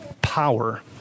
Power